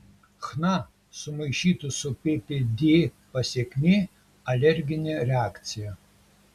chna sumaišytų su ppd pasekmė alerginė reakcija